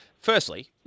Firstly